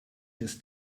ist